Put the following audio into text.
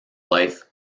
life